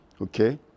Okay